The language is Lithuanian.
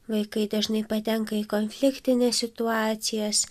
vaikai dažnai patenka į konfliktines situacijas